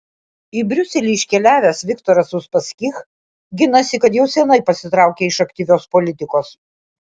į briuselį iškeliavęs viktoras uspaskich ginasi kad jau seniai pasitraukė iš aktyvios politikos